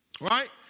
right